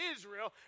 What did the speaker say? Israel